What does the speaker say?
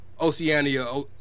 Oceania